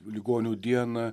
ligonių dieną